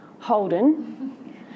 Holden